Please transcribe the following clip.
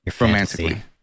romantically